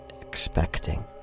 Expecting